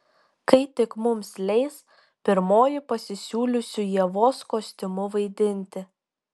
kai tik mums leis pirmoji pasisiūlysiu ievos kostiumu vaidinti